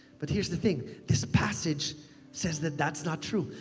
but here's the thing, this passage says that that's not true.